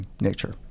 nature